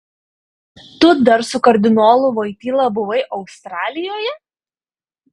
tu dar su kardinolu voityla buvai australijoje